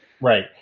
Right